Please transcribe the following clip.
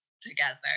together